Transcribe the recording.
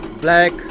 black